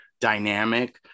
dynamic